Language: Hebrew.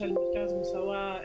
מרכז מוסאוא.